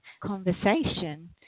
conversation